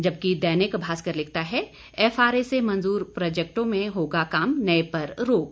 जबकि दैनिक भास्कर लिखता है एफआरए से मंजूर प्रोजेक्टों में होगा काम नए पर रोक